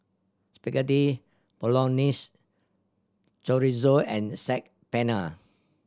Spaghetti Bolognese Chorizo and Saag Paneer